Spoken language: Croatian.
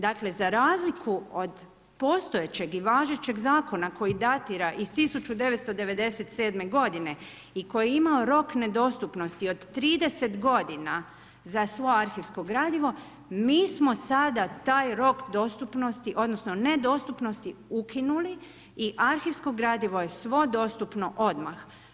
Dakle za razliku od postojećeg i važećeg zakona koji datira iz 1997. godine i koji je imao rok nedostupnosti od 30 godina za svo arhivsko gradivo mi smo sada taj rok dostupnosti, odnosno nedostupnosti ukinuli i arhivsko gradivo je svo dostupno odmah.